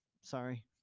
Sorry